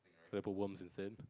rapper worm is insane